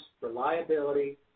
reliability